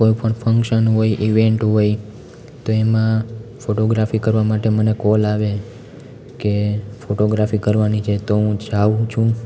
કોઈપણ ફંક્શન હોય ઈવેંટ હોય તો એમાં ફોટોગ્રાફી કરવા માટે મને બોલાવે કે ફોટોગ્રાફી કરવાની છે તો હું જઉ છું